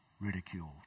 ridiculed